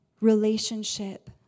Relationship